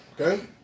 okay